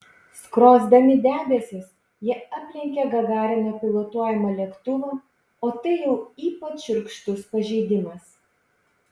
skrosdami debesis jie aplenkė gagarino pilotuojamą lėktuvą o tai jau ypač šiurkštus pažeidimas